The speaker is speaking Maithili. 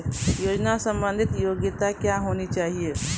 योजना संबंधित योग्यता क्या होनी चाहिए?